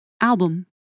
album